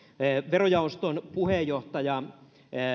verojaoston puheenjohtaja